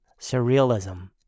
surrealism